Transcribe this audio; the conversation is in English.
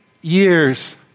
years